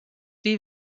wie